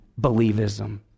believism